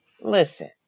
listen